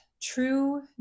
true